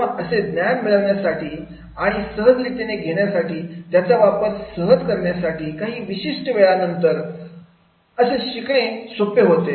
तेव्हा असे ज्ञान मिळवण्यासाठी आणि सहज रीतीने घेण्यासाठी त्याचा सहज वापर करण्यासाठी काही विशिष्ट वेळानंतर असेल ना शिकण्यास सोपे होते